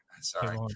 Sorry